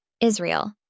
Israel